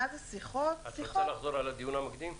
לא צריך לחזור על הדיון המקדים,